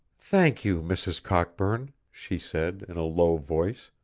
thank you, mrs. cockburn, she said, in a low voice.